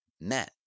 met